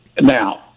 Now